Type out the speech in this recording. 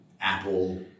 Apple